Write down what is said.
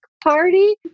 party